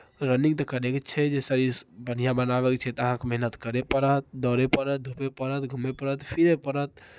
running तऽ करयके छै जे शरीर बढ़िआँ बनाबयके छै तऽ अहाँकेँ मेहनत करय पड़त दौड़य पड़त धूपय पड़त घूमय पड़त फिरय पड़त